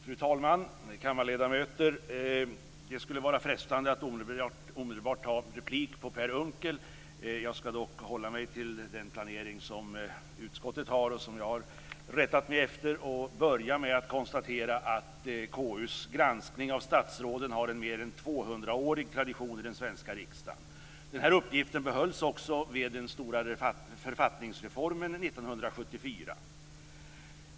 Fru talman! Kammarledamöter! Det är frestande att omedelbart begära replik på Per Unckel. Jag ska dock hålla mig till den planering som utskottet har och som jag har rättat mig efter. Jag börjar med att konstatera att KU:s granskning av statsråden har en mer än 200-årig tradition i den svenska riksdagen. Den här uppgiften behölls vid den stora författningsreformen 1974.